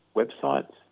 websites